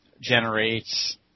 generates –